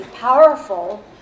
powerful